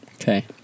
Okay